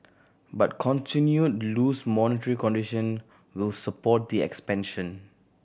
but continued loose monetary condition will support the expansion